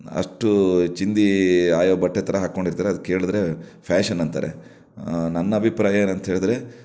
ಅಷ್ಟು ಚಿಂದಿ ಆಯೋ ಬಟ್ಟೆ ಥರ ಹಾಕಿಕೊಂಡಿರ್ತಾರೆ ಅದು ಕೇಳಿದರೆ ಫ್ಯಾಷನ್ ಅಂತಾರೆ ನನ್ನ ಅಭಿಪ್ರಾಯ ಏನಂತ ಹೇಳಿದರೆ